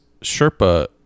sherpa